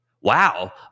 Wow